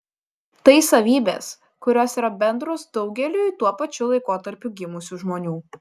tai savybės kurios yra bendros daugeliui tuo pačiu laikotarpiu gimusių žmonių